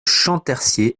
champtercier